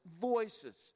voices